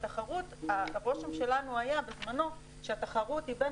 אבל הרושם שלנו היה בזמנו שהתחרות היא בין